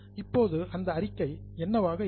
இப்போது அந்த அறிக்கை என்னவாக இருக்கும்